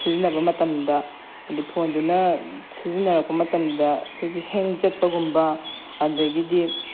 ꯁꯤꯖꯟꯅꯕ ꯃꯇꯝꯗ ꯍꯥꯏꯗꯤ ꯐꯣꯟꯗꯨꯅ ꯁꯤꯖꯤꯟꯅꯔꯛꯄ ꯃꯇꯝꯗ ꯑꯩꯈꯣꯏꯒꯤ ꯍꯦꯡ ꯆꯠꯄꯒꯨꯝꯕ ꯑꯗꯒꯤꯗꯤ